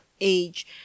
age